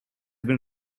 been